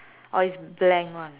orh it's blank one